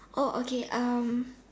oh okay um